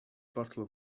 bottle